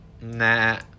nah